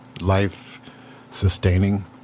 life-sustaining